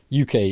UK